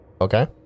Okay